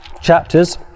chapters